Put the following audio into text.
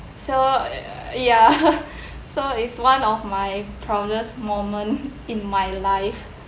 so y~ ya so is one of my proudest moment in my life